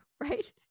Right